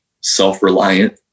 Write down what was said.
self-reliant